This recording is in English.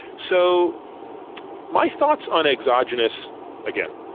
so my thoughts on exogenous again,